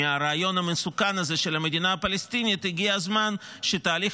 מהרעיון המסוכן הזה של המדינה הפלסטינית הגיע הזמן שתהליך